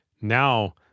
now